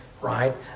right